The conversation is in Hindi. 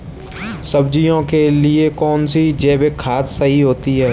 सब्जियों के लिए कौन सी जैविक खाद सही होती है?